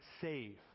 save